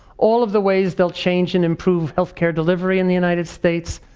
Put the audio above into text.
all of the ways they'll change and improve health care delivery in the united states,